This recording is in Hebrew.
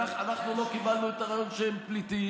אנחנו לא קיבלנו את הרעיון שהם פליטים,